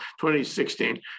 2016